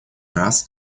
раз